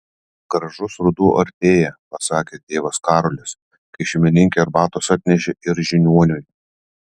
gražus ruduo artėja pasakė tėvas karolis kai šeimininkė arbatos atnešė ir žiniuoniui